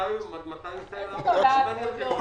מתי --- משרד המשפטים ביקש לא